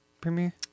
Premiere